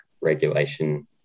regulation